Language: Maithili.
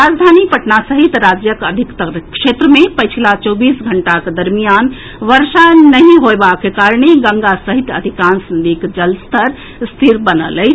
राजधानी पटना सहित राज्यक अधिकतर क्षेत्र मे पछिला चौबीस घंटाक दरमियान वर्षा नहि होएबाक कारणे गंगा सहित अधिकांश नदीक जलस्तर स्थिर बनल अछि